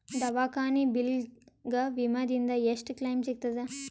ದವಾಖಾನಿ ಬಿಲ್ ಗ ವಿಮಾ ದಿಂದ ಎಷ್ಟು ಕ್ಲೈಮ್ ಸಿಗತದ?